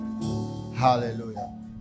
Hallelujah